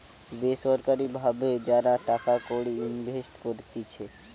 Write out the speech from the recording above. বেসরকারি ভাবে যারা টাকা কড়ি ইনভেস্ট করতিছে